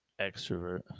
Extrovert